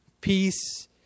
peace